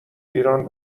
ایران